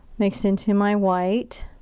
mixed into my white.